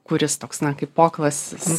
kuris toks na kaip poklasis